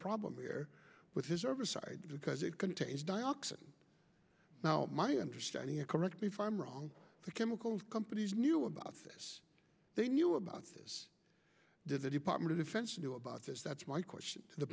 problem here with his services because it contains dioxin now my understanding is correct me if i'm wrong but chemical companies knew about this they knew about this did the department of defense do about this that's my question to the